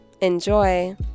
Enjoy